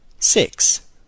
Six